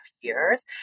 years